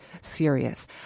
serious